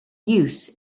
use